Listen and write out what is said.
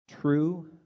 true